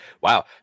Wow